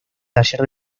taller